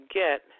get